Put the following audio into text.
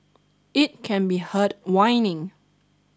it can be heard whining